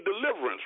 deliverance